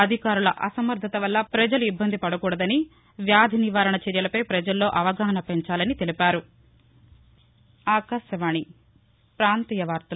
అధికారుల అసమర్దత వల్ల పజలు ఇబ్బంది పడకూడదని వ్యాధి నివారణ చర్యలపై పజల్లో అవగాహన పెంచాలని తెలిపారు